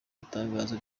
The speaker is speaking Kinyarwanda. itangazo